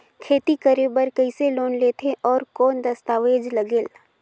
खेती करे बर कइसे लोन लेथे और कौन दस्तावेज लगेल?